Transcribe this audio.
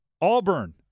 Auburn